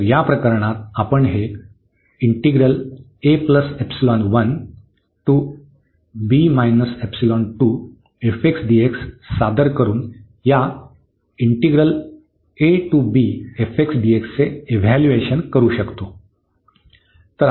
तर या प्रकरणात आपण हे सादर करून या चे इव्हॅल्यूएशन करू शकतो